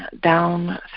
down